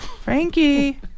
Frankie